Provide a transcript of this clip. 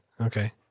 Okay